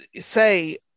say